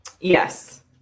Yes